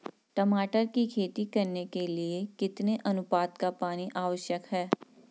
टमाटर की खेती करने के लिए कितने अनुपात का पानी आवश्यक है?